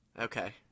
Okay